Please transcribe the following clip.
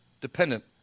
dependent